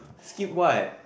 skip what